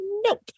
nope